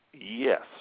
Yes